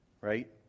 right